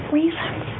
reasons